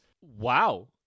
wow